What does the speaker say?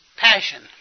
passion